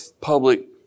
public